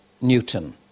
Newton